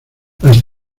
las